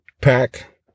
Pack